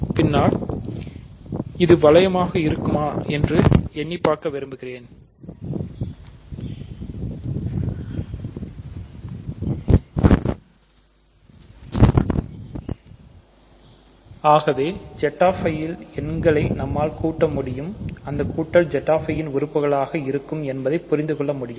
பின்னால் இது வளையமாக இருக்குமா என எண்ணி பார்க்க விரும்புகிறேன் Zi ல் எண்களை நம்மால் கூட்ட முடியும் அந்தக் கூட்டல் Zi இன் உறுப்பாக இருக்கும் என்பதை புரிந்துகொள்ள முடியும்